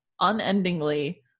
unendingly